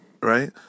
right